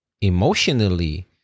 emotionally